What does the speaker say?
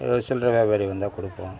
எதாவது சில்லற வியாபாரி வந்தால் கொடுப்போம்